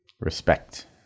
respect